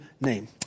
name